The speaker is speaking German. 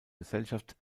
gesellschaft